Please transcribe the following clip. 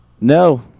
no